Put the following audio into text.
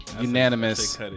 unanimous